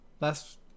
Last